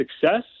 success